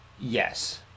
Yes